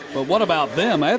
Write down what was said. but what about them?